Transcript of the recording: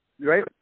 Right